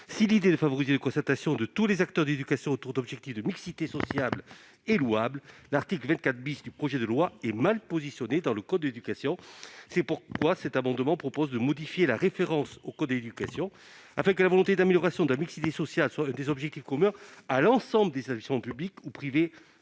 Si l'idée de favoriser une concertation de tous les acteurs de l'éducation autour d'objectifs de mixité sociale est louable, l'article 24 du projet de loi était mal positionné dans le code de l'éducation. C'est pourquoi cet amendement tend à modifier la référence au code de l'éducation, afin que la volonté d'amélioration de la mixité sociale soit un des objectifs communs à l'ensemble des établissements publics ou privés